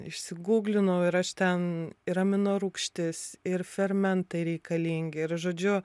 išsigūglinau ir aš ten ir amino rūgštys ir fermentai reikalingi ir žodžiu